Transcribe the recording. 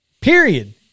period